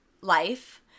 life